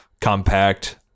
compact